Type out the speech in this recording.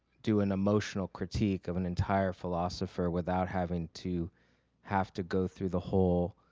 do an emotional critique of an entire philosopher without having to have to go through the whole